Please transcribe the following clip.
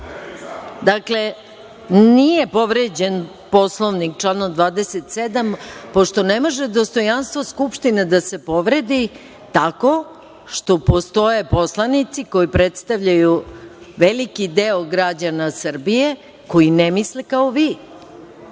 Dakle, nije povređen Poslovnik, član 27, pošto ne može dostojanstvo Skupštine da se povredi tako što postoje poslanici koji predstavljaju veliki deo građana Srbije koji ne misli kao vi.